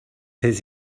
his